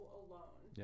alone